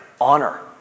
honor